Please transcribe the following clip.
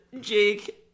Jake